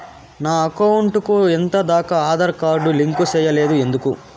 నా అకౌంట్ కు ఎంత దాకా ఆధార్ కార్డు లింకు సేయలేదు ఎందుకు